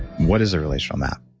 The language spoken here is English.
what is a relational map?